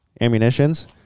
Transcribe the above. ammunitions